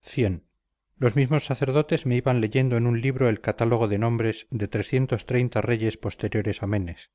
c los mismos sacerdotes me iban leyendo en un libro el catálogo de nombres de reyes posteriores a menes